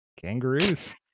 kangaroos